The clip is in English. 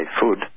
food